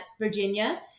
Virginia